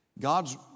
God's